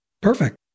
Perfect